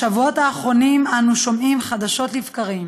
בשבועות האחרונים אנו שומעים חדשות לבקרים